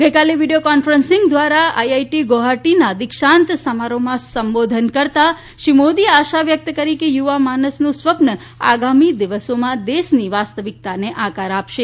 આજે video conferencing દ્વારા IIT ગુવાહાટીના દિક્ષાંત સમારોહમાં સંબોધન કરતાં શ્રી મોદીએ આશા વ્યક્ત કરી કે યુવા માનસનું સ્વપ્ન આગામી દિવસોમાં દેશની વાસ્તવિકતાને આકાર આપશે